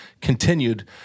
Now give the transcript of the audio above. continued